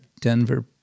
Denver